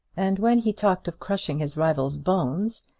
and when he talked of crushing his rival's bones,